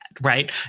Right